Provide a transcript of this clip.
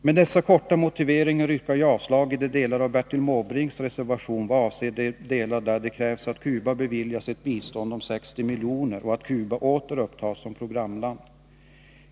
Med dessa korta motiveringar yrkar jag avslag på de delar av Bertil Måbrinks reservation som kräver att Cuba beviljas ett bistånd på 60 miljoner och att Cuba åter upptas som programland.